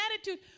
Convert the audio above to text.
attitude